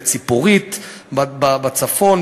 בציפורית בצפון,